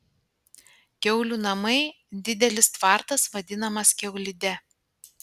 kiaulių namai didelis tvartas vadinamas kiaulide